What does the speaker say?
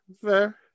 Fair